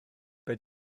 beth